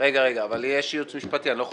אבל יש ייעוץ משפטי, אני לא יכול